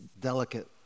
delicate